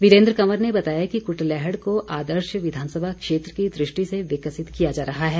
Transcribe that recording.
वीरेन्द्र कंवर ने बताया कि कुटलैहड़ को आदर्श विधानसभा क्षेत्र की दृष्टि से विकसित किया जा रहा है